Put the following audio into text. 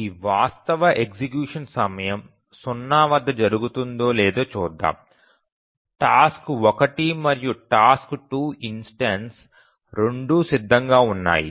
ఈ వాస్తవ ఎగ్జిక్యూషన్ సమయం 0 వద్ద జరుగుతుందో లేదో చూద్దాం టాస్క్ 1 మరియు టాస్క్ 2 ఇన్స్టెన్సు రెండూ సిద్ధంగా ఉన్నాయి